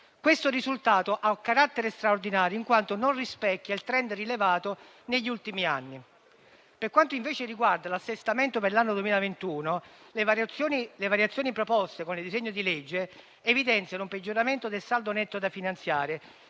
Questo risultato ha un carattere straordinario, in quanto non rispecchia il *trend* rilevato negli ultimi anni. Per quanto invece riguarda l'assestamento per l'anno 2021, le variazioni proposte con il disegno di legge evidenziano un peggioramento del saldo netto da finanziare,